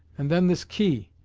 and then this key!